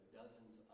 dozens